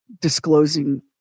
disclosing